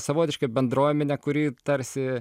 savotiška bendruomenė kuri tarsi